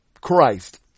Christ